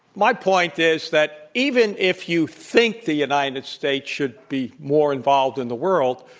my point is that even if you think the united states should be more involved in the world,